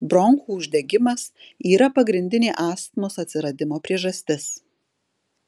bronchų uždegimas yra pagrindinė astmos atsiradimo priežastis